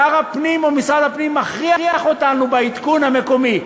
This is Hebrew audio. שר הפנים או משרד הפנים מכריח אותנו בעדכון מקומי.